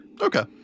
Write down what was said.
Okay